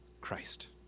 Christ